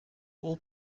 all